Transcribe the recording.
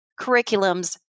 curriculums